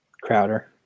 Crowder